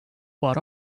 what